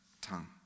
tongue